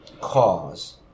Cause